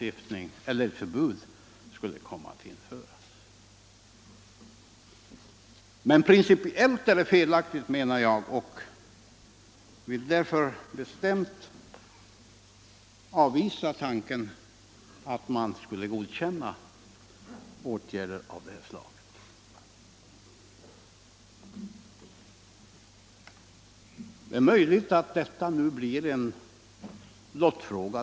Men principiellt är det felaktigt med ett förbud av detta slag, menar jag, och jag vill därför bestämt avvisa tanken att man skulle godkänna åtgärden. Det är möjligt att detta blir en lottfråga.